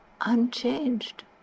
unchanged